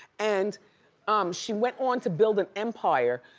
and she went on to build an empire.